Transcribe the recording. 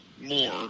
more